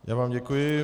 Já vám děkuji.